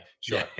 sure